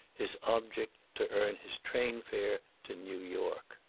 his object to earn his train fare to new york.